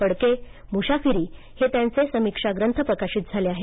फडके मुशाफिरी हे त्यांचे समिक्षा ग्रंथ प्रकाशित झाले आहेत